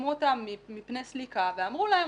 מפני סליקה ואמרו להם,